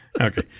Okay